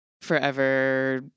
forever